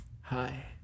Hi